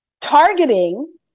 targeting